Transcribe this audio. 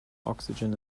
oxygen